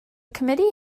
committee